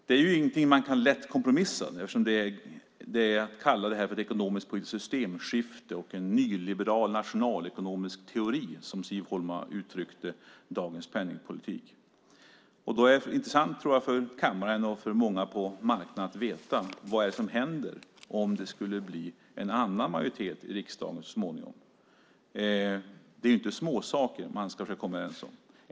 Det är ju ingenting som man lätt kan kompromissa om, eftersom Siv Holma kallar dagens penningpolitik för ett ekonomiskpolitiskt systemskifte och en nyliberal nationalekonomisk teori. Jag tror att det är intressant för kammaren och för många på marknaden att veta vad det är som händer om det skulle bli en annan majoritet i riksdagen så småningom. Det är ju inte småsaker man ska försöka komma överens om.